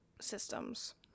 systems